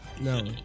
no